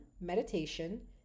meditation